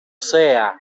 sea